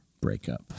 breakup